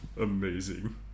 Amazing